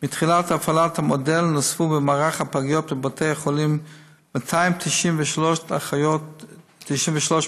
מתחילת הפעלת המודל נוספו במערך הפגיות בבתי החולים 293 אחיות חדשות,